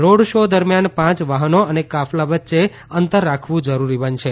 road show દરમિયાન પાંચ વાહનો અને કાફલા વચ્યે અંતર રાખવુ જરૂરી બનશે